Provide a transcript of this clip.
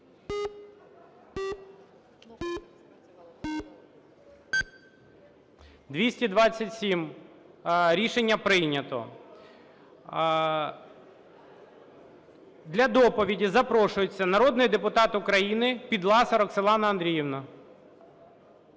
За-227 Рішення прийнято. Для доповіді запрошується народний депутат України Підласа Роксолана Андріївна.